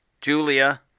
Julia